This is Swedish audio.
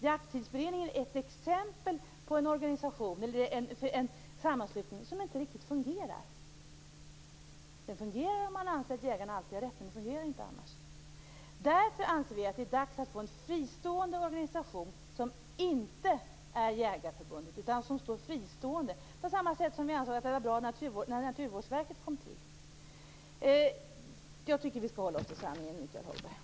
Jakttidsberedningen är ett exempel på en sammanslutning som inte riktigt fungerar. Den fungerar om man anser att jägarna alltid har rätt, men den fungerar inte annars. Därför anser vi att det är dags att få en fristående organisation som inte är Jägareförbundet utan just fristående - på samma sätt som vi ansåg att det var bra när Naturvårdsverket kom till. Jag tycker att vi skall hålla oss till sanningen, Michael Hagberg.